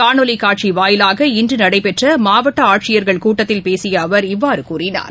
காணொலிகாட்சிவாயிலாக இன்றுநடைபெற்றமாவட்டஆட்சியர்கள் கூட்டத்தில் பேசியஅவர் இவ்வாறுகூறினார்